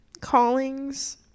Callings